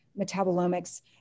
metabolomics